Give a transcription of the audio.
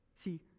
See